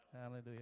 Hallelujah